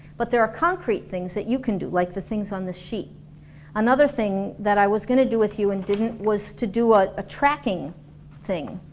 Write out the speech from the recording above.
but there are concrete things that you can do, like the things on this sheet another thing that i was gonna do with you and didn't was to do ah a tracking thing